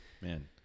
man